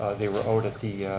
they were out at the